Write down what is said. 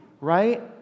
right